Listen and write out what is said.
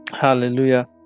Hallelujah